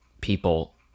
people